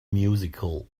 musical